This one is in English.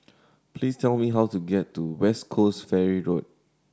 please tell me how to get to West Coast Ferry Road